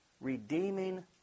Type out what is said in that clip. redeeming